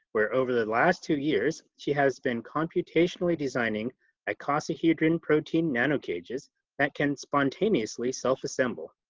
where over the last two years, she has been computationally designing icosahedron protein nanocages that can spontaneously self-assemble.